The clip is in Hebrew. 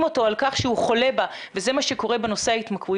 אותו על כך שהוא חולה בה וזה מה שקורה בנושא ההתמכרויות.